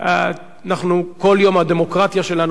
כל יום הדמוקרטיה שלנו נבחנת,